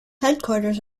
headquarters